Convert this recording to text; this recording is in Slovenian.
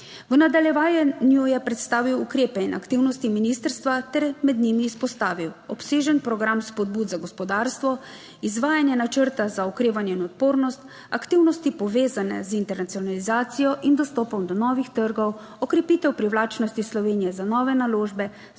V nadaljevanju je predstavil ukrepe in aktivnosti ministrstva ter med njimi izpostavil obsežen program spodbud za gospodarstvo, izvajanje načrta za okrevanje in odpornost. aktivnosti, povezane z internacionalizacijo in dostopom do novih trgov, okrepitev privlačnosti Slovenije za nove naložbe,